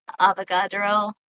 Avogadro